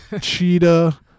cheetah